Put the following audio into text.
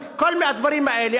וכל הדברים האלה.